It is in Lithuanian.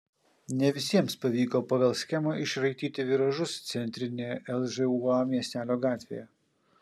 ne visiems pavyko pagal schemą išraityti viražus centrinėje lžūa miestelio gatvėje